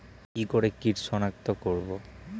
কি করে কিট শনাক্ত করব?